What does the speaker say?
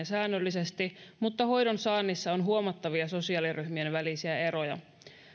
säännöllisesti mutta hoidon saannissa on huomattavia sosiaaliryhmien välisiä eroja